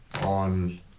on